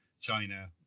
China